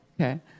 Okay